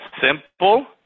simple